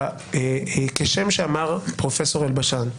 סבור כשם שאמר פרופ' אלבשן,